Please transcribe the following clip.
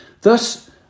Thus